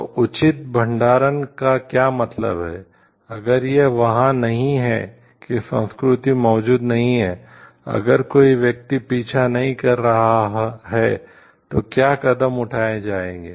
तो उचित भंडारण का क्या मतलब है अगर यह वहां नहीं है कि संस्कृति मौजूद नहीं है अगर कोई व्यक्ति पीछा नहीं कर रहा है तो क्या कदम उठाए जाएंगे